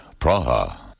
Praha